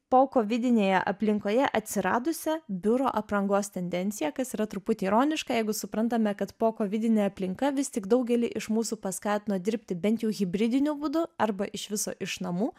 pokovidinėje aplinkoje atsiradusią biuro aprangos tendenciją kas yra truputį ironiška jeigu suprantame kad pokovidinė aplinka vis tik daugelį iš mūsų paskatino dirbti bent jau hibridiniu būdu arba iš viso iš namų